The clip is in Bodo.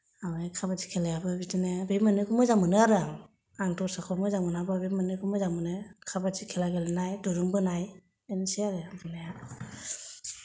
ओमफाय खाबादि खेलायाबो बिदिनो बे मोननैखौ मोजां मोनो आरो आं आं दस्राखौ मोजां मोनाबाबो बे मोननैखौ मोजां मोनो खाबादि खेला गेलेनाय दुरुं बोनाय बेनोसै आरो गेलेनाया